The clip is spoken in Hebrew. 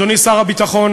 אדוני שר הביטחון,